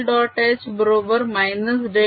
h बरोबर -del